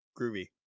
Groovy